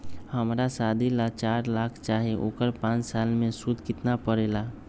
हमरा शादी ला चार लाख चाहि उकर पाँच साल मे सूद कितना परेला?